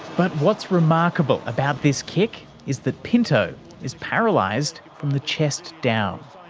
but what's remarkable about this kick is that pinto is paralysed from the chest down.